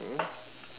kau